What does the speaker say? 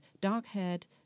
dark-haired